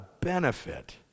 benefit